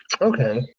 Okay